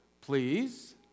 please